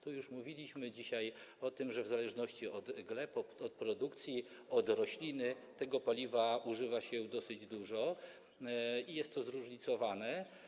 Tu już mówiliśmy dzisiaj o tym, że w zależności od gleb, od produkcji, od rośliny tego paliwa używa się dosyć dużo i jest to zróżnicowane.